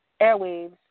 airwaves